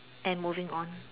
and moving on